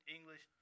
English